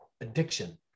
addiction